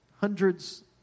hundreds